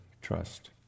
Trust